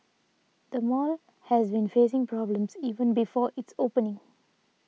the mall has been facing problems even before its opening